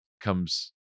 comes